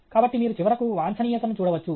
కాబట్టి మీరు చివరకు వాంఛనీయతను చూడవచ్చు